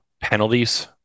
penalties